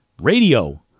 radio